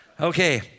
Okay